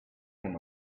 him